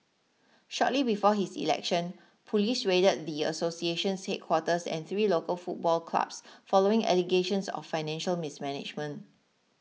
shortly before his election police raided the association's headquarters and three local football clubs following allegations of financial mismanagement